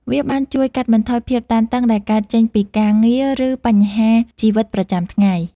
វាបានជួយកាត់បន្ថយភាពតានតឹងដែលកើតចេញពីការងារ ឬបញ្ហាជីវិតប្រចាំថ្ងៃ។